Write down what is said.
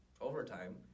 overtime